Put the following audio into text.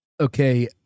Okay